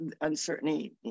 uncertainty